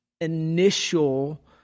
initial